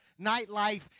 nightlife